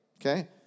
Okay